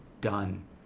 done